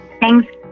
Thanks